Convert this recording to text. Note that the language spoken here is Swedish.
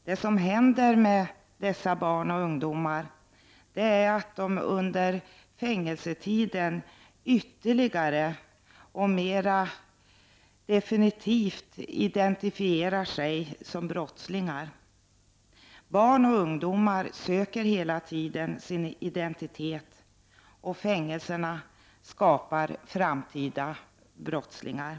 Det som händer dessa barn och ungdomar är att de under fängelsetiden ytterligare och mera definitivt identifierar sig som brottslingar. Barn och ungdomar söker hela tiden sin identitet, och fängelserna skapar framtida brottslingar.